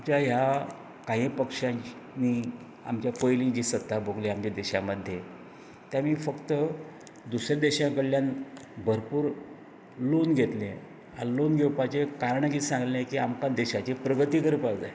आमच्या ह्या काही पक्षाची नी आमच्या पयली जी सत्ता भोगल्या आमच्या देशांमध्ये त्यानी फक्त दुसऱ्या देशां कडल्यान भरपूर लोन घेतल्या आनी लोन घेवपाचे कारणां किदें सांगलें की आमकां देशाची प्रगती करपाक जाय